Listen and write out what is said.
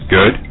Good